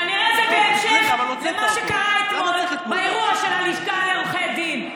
כנראה זה בהמשך למה שקרה אתמול באירוע של לשכת עורכי הדין,